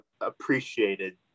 appreciated